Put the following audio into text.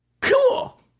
cool